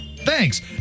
Thanks